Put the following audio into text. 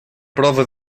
prova